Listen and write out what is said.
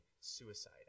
suicide